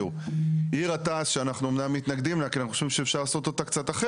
חזק ולכן זה בדיוק הזמן לעשות דברים שאתה לא עושה אותם באופן